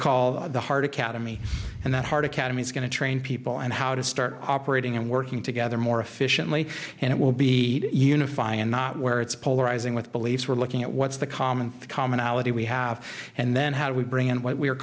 call the heart academy and that heart academy is going to train people and how to start operating and working together more efficiently and it will be unify and not where it's polarizing with beliefs we're looking at what's the common commonality we have and then how do we